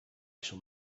shall